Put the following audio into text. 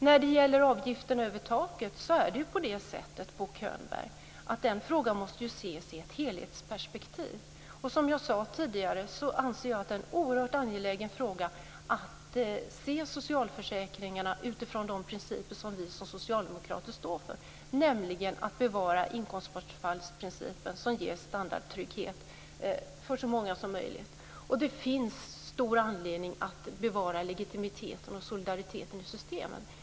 När det gäller avgifterna över taket är det ju på det sättet, Bo Könberg, att frågan måste ses i ett helhetsperspektiv. Som jag sade tidigare anser jag att det är oerhört angeläget att se socialförsäkringarna utifrån de principer som vi som socialdemokrater står för. Det handlar om att bevara inkomstbortfallsprincipen, som ger standardtrygghet, för så många som möjligt. Det finns stor anledning att bevara legitimiteten och solidariteten i systemen.